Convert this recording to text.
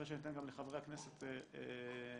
אחרי שאני אתן לחברי הכנסת להתייחס,